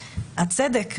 הצדק,